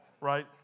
right